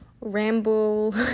ramble